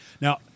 now